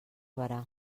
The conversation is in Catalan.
berà